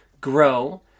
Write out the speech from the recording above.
grow